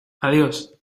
adiós